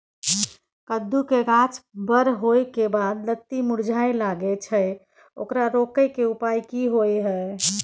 कद्दू के गाछ बर होय के बाद लत्ती मुरझाय लागे छै ओकरा रोके के उपाय कि होय है?